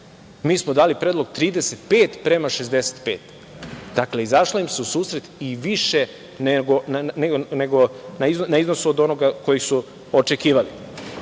mi smo dali predlog 35 prema 65. Dakle, izašlo im se u susret i više nego na iznosu od onoga koji su očekivali. Produžen